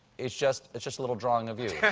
it's just it's just a little drawing of you.